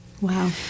Wow